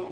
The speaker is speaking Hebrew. יש